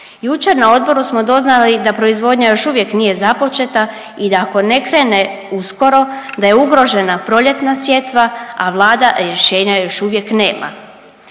Jučer na odboru smo doznali da proizvodnja još uvijek nije započeta i da ako ne krene uskoro da je ugrožena proljetna sjetva, a vlada rješenja još uvijek nema.